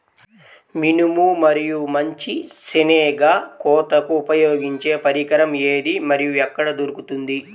మినుము మరియు మంచి శెనగ కోతకు ఉపయోగించే పరికరం ఏది మరియు ఎక్కడ దొరుకుతుంది?